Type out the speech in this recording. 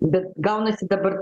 bet gaunasi dabar